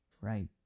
right